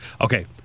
Okay